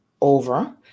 over